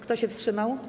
Kto się wstrzymał?